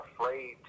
afraid